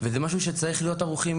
וזה משהו שצריכים להיות ערוכים